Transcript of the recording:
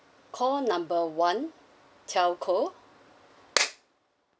call number one telco